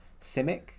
Simic